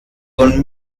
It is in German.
und